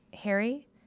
Harry